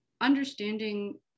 understanding